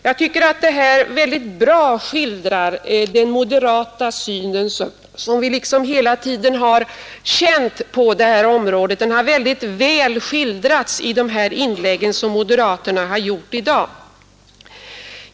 Jag tycker att den moderata syn som vi hela tiden har känt på det här området mycket väl har skildrats i de inlägg som moderaterna har gjort i dag.